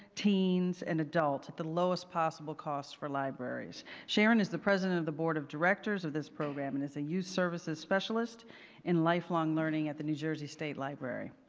teens and adult at the lowest possible cost for libraries. sharon is the president of the board of directors of this program and is a youth services specialist in life long learning at the new jersey state library.